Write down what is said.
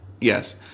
Yes